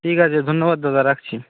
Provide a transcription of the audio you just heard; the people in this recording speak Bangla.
ঠিক আছে ধন্যবাদ দাদা রাখছি